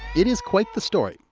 it is quite the story.